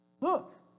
Look